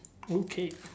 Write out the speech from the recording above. okay